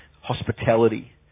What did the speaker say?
hospitality